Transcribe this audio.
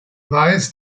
weiß